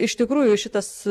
iš tikrųjų šitas